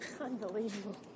Unbelievable